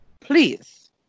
Please